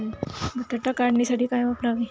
बटाटा काढणीसाठी काय वापरावे?